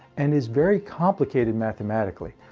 and is very complicated mathematically.